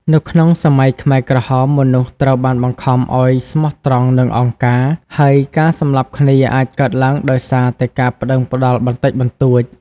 នៅក្នុងសម័យខ្មែរក្រហម មនុស្សត្រូវបានបង្ខំឲ្យស្មោះត្រង់និងអង្គការ ហើយការសម្លាប់គ្នាអាចកើតឡើងដោយសារតែការប្តឹងផ្តល់បន្តិចបន្តួច។